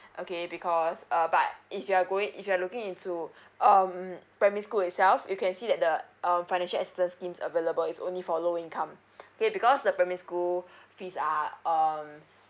okay because uh but if you're going if you're looking into um primary school itself you can see that the um financial assistance scheme available is only for low income okay because the primary school fees are um